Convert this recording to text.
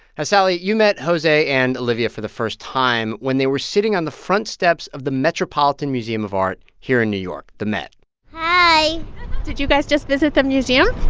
ah sally, you met jose and olivia for the first time when they were sitting on the front steps of the metropolitan museum of art here in new york, the met hi did you guys just visit the museum?